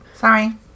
Sorry